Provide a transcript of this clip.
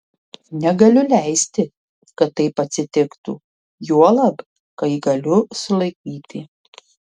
negaliu leisti kad taip atsitiktų juolab kai galiu sulaikyti